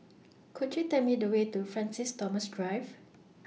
Could YOU Tell Me The Way to Francis Thomas Drive